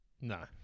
No